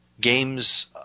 games